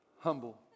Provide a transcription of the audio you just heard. humble